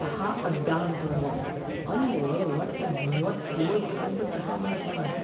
ಚಹಾ ಅಡ್ಡಾ ಅಂತ ಒಂದದ ಅಲ್ಲಿ ಒಟ್ಟ ಮೂವತ್ತೇಳು ಥರದ ಚಹಾ ಮಾಡ್ತಾರಂತ